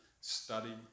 study